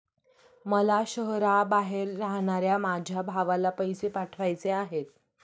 मला शहराबाहेर राहणाऱ्या माझ्या भावाला पैसे पाठवायचे आहेत